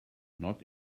not